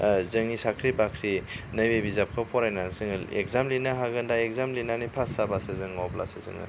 जोंनि साख्रि बाख्रि नैबे बिजाबखौ फरायनानैसो जोङो इग्जाम लिरनो हागोन दा इग्जाम लिरनानै फास जाबासो जों अब्लासो जोङो